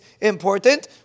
important